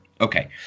Okay